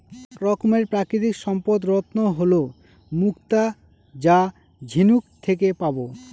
এক রকমের প্রাকৃতিক সম্পদ রত্ন হল মুক্তা যা ঝিনুক থেকে পাবো